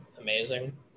amazing